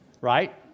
Right